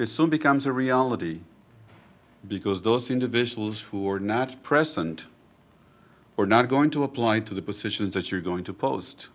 is so it becomes a reality because those individuals who are not present are not going to apply to the positions that you're going to post